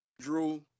drew